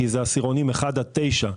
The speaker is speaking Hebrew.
כי זה עשירונים 1 עד 9,